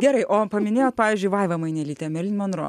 gerai o paminėjot pavyzdžiui vaiva mainelytė merlyn monro